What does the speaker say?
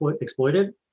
exploited